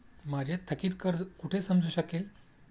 माझे थकीत कर्ज कुठे समजू शकेल?